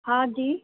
हांजी